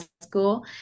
school